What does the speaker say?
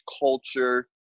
culture